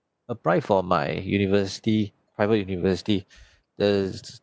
apply for my university private university the